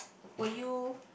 will you